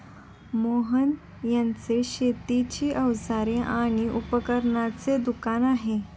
मोहन यांचे शेतीची अवजारे आणि उपकरणांचे दुकान आहे